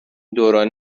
دوران